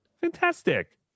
Fantastic